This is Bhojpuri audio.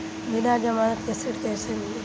बिना जमानत के ऋण कैसे मिली?